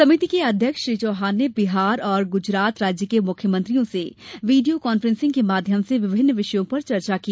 समिति के अध्यक्ष श्री चौहान ने बिहार और गुजरात राज्य के मुख्यमंत्रियों से वीडियो कांफ्रेसिंग के माध्यम से विभिन्न विषयों पर चर्चा की